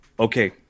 Okay